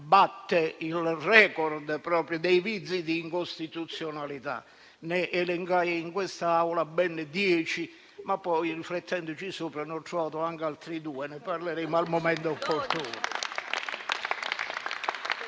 batta il *record* dei vizi di incostituzionalità. Ne elencai ben dieci in quest'Aula, ma poi, riflettendoci sopra, ne ho trovati anche altri due, e ne parleremo al momento opportuno.